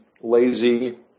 lazy